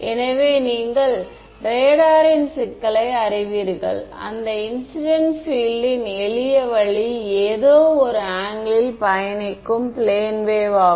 எனவே நீங்கள் ரேடார் ன் சிக்கலை அறிவீர்கள் அந்த இன்சிடென்ட் பீல்ட் ன் எளிய வழி ஏதோ ஒரு ஆங்கிளில் பயணிக்கும் பிளேன் வேவ் ஆகும்